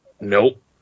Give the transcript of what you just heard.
nope